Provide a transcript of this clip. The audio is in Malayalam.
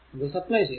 അത് സപ്ലൈ ചെയ്തു